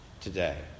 today